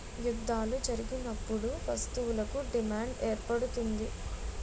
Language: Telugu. యుద్ధాలు జరిగినప్పుడు వస్తువులకు డిమాండ్ ఏర్పడుతుంది